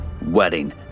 Wedding